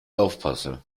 aufpasse